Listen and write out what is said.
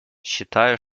считаю